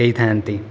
ହେଇଥାନ୍ତି